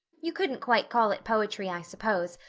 you couldn't quite call it poetry, i suppose,